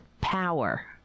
power